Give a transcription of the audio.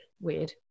weird